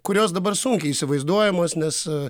kurios dabar sunkiai įsivaizduojamos nes